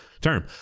term